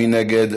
מי נגד?